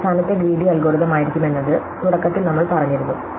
ഇത് അവസാനത്തെ greedy algorithm ആയിരിക്കുമെന്നത് തുടക്കത്തിൽ നമ്മൾ പറഞ്ഞിരുന്നു